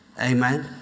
Amen